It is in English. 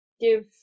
give